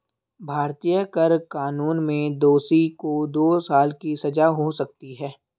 भारतीय कर कानून में दोषी को दो साल की सजा हो सकती है